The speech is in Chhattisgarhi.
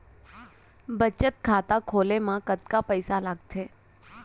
बचत खाता खोले मा कतका पइसा लागथे?